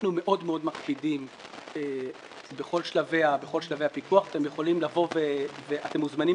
אנחנו מאוד מאוד מקפידים שבכל שלבי הפיקוח אתם מוזמנים